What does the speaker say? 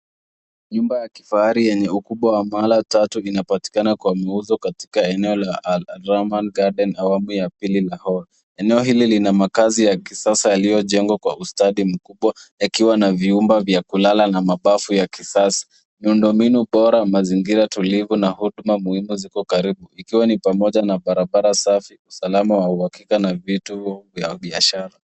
Nyumba ya kifahari yenye ukubwa wa maratatu zinapatikana kwa mauzo katika eneo la Alamara Garden awamu ya pili. Eneo hili lina makazi ya kisasa yaliyo jengwa kwa ustadi mkubwa yakiwa na vyumba vya kulala na mabafu ya kisasa, Miundo mbinu bora na mazingira tulivu na huduma muhimu ziko karibu ikiwa ni pamoja na barabara safi, usalama wa uhakika na vitu vya biashara.